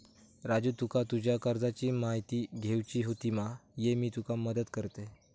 राजू तुका तुज्या कर्जाची म्हायती घेवची होती मा, ये मी तुका मदत करतय